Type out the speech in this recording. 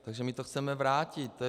Takže my to chceme vrátit.